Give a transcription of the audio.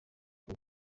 uko